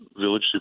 village